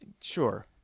Sure